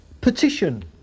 petition